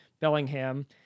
Bellingham